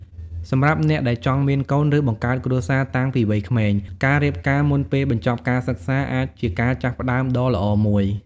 សម្រាប់អ្នកដែលចង់មានកូន និងបង្កើតគ្រួសារតាំងពីវ័យក្មេង ការរៀបការមុនពេលបញ្ចប់ការសិក្សាអាចជាការចាប់ផ្តើមដ៏ល្អមួយ។